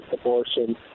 abortion